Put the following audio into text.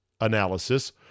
analysis